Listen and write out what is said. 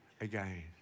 again